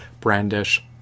brandish